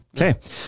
Okay